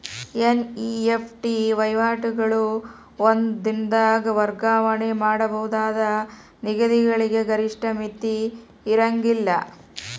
NEFT ವಹಿವಾಟುಗಳು ಒಂದ ದಿನದಾಗ್ ವರ್ಗಾವಣೆ ಮಾಡಬಹುದಾದ ನಿಧಿಗಳಿಗೆ ಗರಿಷ್ಠ ಮಿತಿ ಇರ್ಂಗಿಲ್ಲಾ